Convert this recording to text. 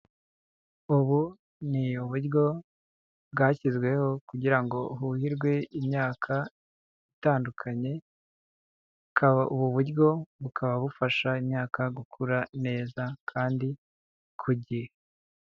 Ubu ni uburyo bwashyizweho kugira ngo huhirwe imyaka itandukanye, ubu buryo bukaba bufasha imyaka gukura neza kandi ku gihe.